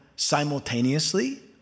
simultaneously